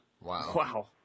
Wow